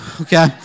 okay